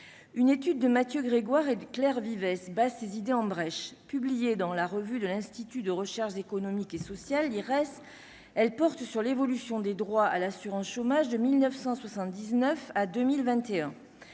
une étude de Mathieu Grégoire et de clair Vivès ses idées en brèche publiée dans la revue de l'institut de recherche économique et sociale l'IRES, elle porte sur l'évolution des droits à l'assurance chômage de 1979 à 2021,